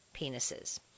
penises